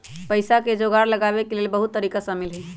पइसा के जोगार लगाबे के लेल बहुते तरिका शामिल हइ